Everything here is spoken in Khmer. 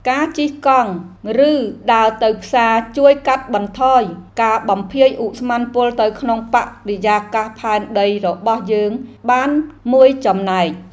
ការជិះកង់ ឬដើរទៅផ្សារជួយកាត់បន្ថយការបំភាយឧស្ម័នពុលទៅក្នុងបរិយាកាសផែនដីរបស់យើងបានមួយចំណែក។